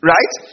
Right